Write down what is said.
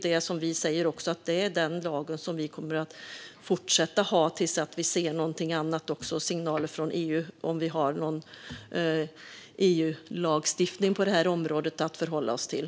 Det är denna lag som vi kommer att fortsätta att ha tills vi ser något annat eller får signaler från EU om att vi har EU-lagstiftning på detta område att förhålla oss till.